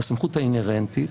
את הסמכות האינהרנטית,